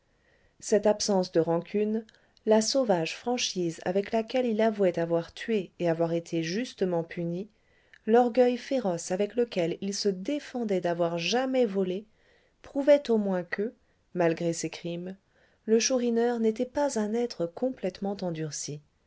cette absence de rancune la sauvage franchise avec laquelle il avouait avoir tué et avoir été justement puni l'orgueil féroce avec lequel il se défendait d'avoir jamais volé prouvaient au moins que malgré ses crimes le chourineur n'était pas un être complètement endurci